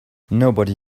nobody